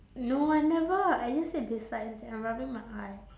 no I never I just said besides and I'm rubbing my eye